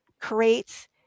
creates